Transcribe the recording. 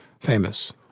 famous